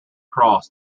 cross